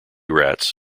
rats